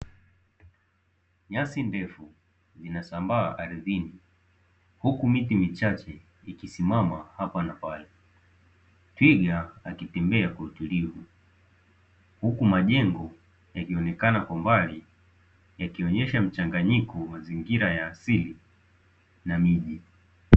Nyasi ndefu zilizosambaa ardhini huku miti michache ikisimama hapa na pale, twiga akitembea kwa utulivu huku majengo yakionekana kwa mbali yakionyesha mchanganyiko wa mazingira ya asili na miji.